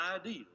ideal